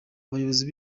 abayobozi